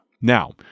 Now